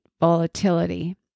volatility